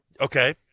Okay